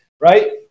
right